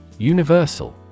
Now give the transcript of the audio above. Universal